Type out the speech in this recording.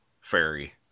fairy